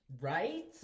Right